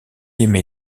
aimer